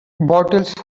bottles